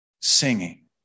singing